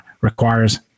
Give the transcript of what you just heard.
requires